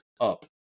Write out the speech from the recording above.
up